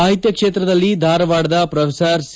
ಸಾಹಿತ್ಯ ಕ್ಷೇತ್ರದಲ್ಲಿ ಧಾರವಾಡದ ಪ್ರೋಫೆಸರ್ ಸಿ